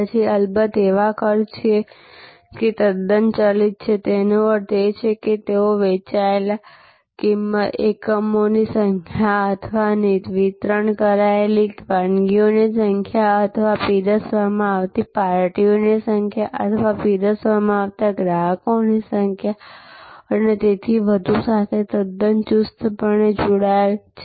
પછી અલબત્ત એવા ખર્ચ છે જે તદ્દન ચલિત છેતેનો અર્થ એ છે કે તેઓ વેચાયેલા એકમોની સંખ્યા અથવા વિતરણ કરાયેલી વાનગીઓની સંખ્યા અથવા પીરસવામાં આવતી પાર્ટીઓની સંખ્યા અથવા પીરસવામાં આવતા ગ્રાહકની સંખ્યા અને તેથી વધુ સાથે તદ્દન ચુસ્તપણે જોડાયેલા છે